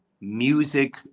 Music